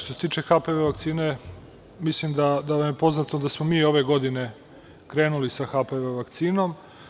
Što se tiče HPV vakcine, mislim da vam je poznato da smo mi ove godine krenuli sa HPV vakcinom.